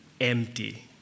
empty